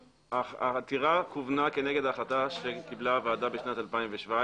העתירה כוונה כנגד ההחלטה שקיבלה הוועדה בשנת 2017